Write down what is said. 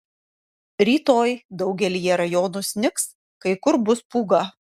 rytoj daugelyje rajonų snigs kai kur bus pūga